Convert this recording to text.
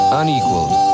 unequaled